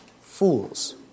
fools